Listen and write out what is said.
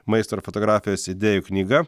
maisto ir fotografijas idėjų knyga